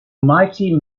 mighty